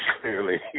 clearly